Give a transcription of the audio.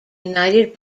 united